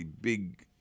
big